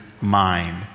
mind